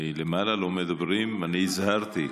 למעלה לא מדברים, אני הזהרתי.